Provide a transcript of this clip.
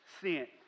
sent